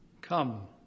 Come